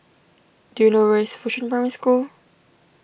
do you know where is Fuchun Primary School